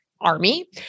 army